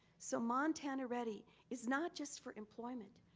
so montana ready is not just for employment,